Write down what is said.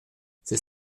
c’est